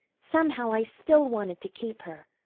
somehow i still wanted to keep her.